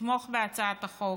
לתמוך בהצעת החוק,